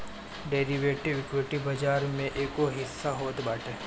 derivative, equity बाजार के एगो हिस्सा होत बाटे